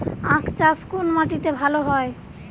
আখ চাষ কোন মাটিতে ভালো হয়?